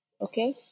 Okay